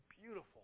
beautiful